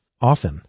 often